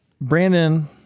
Brandon